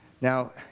Now